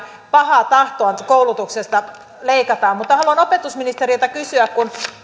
että on pahaa tahtoa kun koulutuksesta leikataan mutta haluan opetusministeriltä kysyä kun